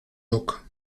duc